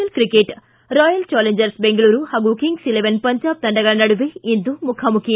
L cricket Royal Challengers Bengaluru ಹಾಗೂ Kings Eleven Punjab ತಂಡಗಳ ನಡುವೆ ಇಂದು ಮುಖಾಮುಖಿ